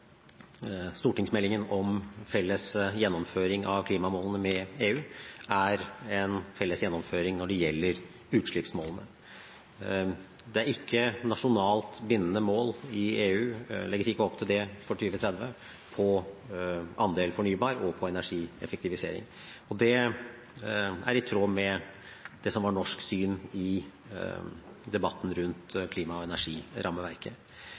stortingsmeldingen om felles gjennomføring av klimamålene med EU, er en felles gjennomføring når det gjelder utslippsmålene. Det legges ikke i EU opp til nasjonalt bindende mål for 2030 på andelen fornybar og på energieffektivisering. Det er i tråd med det som var norsk syn i debatten rundt klima- og energirammeverket.